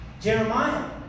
Jeremiah